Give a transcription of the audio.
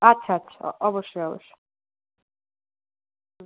আচ্ছা আচ্ছা অ অবশ্যই অবশ্যই হুম